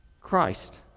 Christ